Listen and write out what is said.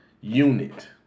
unit